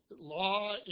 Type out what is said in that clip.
law